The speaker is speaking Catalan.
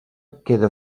queda